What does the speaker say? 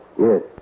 Yes